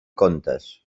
contes